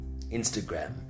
Instagram